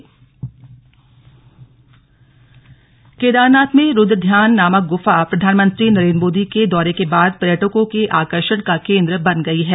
केदारनाथ में गुफा केदारनाथ में रुद्र ध्यान नामक गुफा प्रधानमंत्री नरेंद्र मोदी के दौरे के बाद पर्यटकों के आकर्षण का केंद्र बन गई है